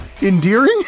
endearing